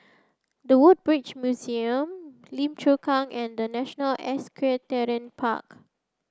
the Woodbridge Museum Lim Chu Kang and The National Equestrian Park